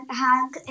hug